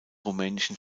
rumänischen